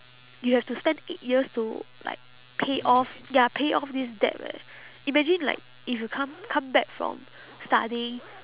you have to spend eight years to like pay off ya pay off this debt leh imagine like if you come come back from studying